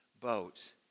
boat